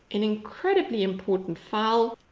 an incredibly important file,